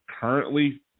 currently